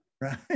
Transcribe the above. right